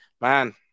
man